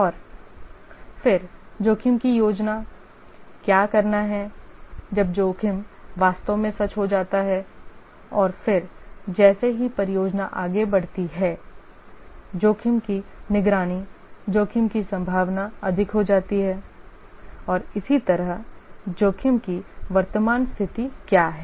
और फिर जोखिम की योजना क्या करना है जब जोखिम वास्तव में सच हो जाता है और फिर जैसे ही परियोजना आगे बढ़ती है जोखिम की निगरानी जोखिम की संभावना अधिक हो जाती है और इसी तरहजोखिम की वर्तमान स्थिति क्या है